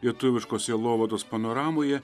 lietuviškos sielovados panoramoje